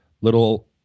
little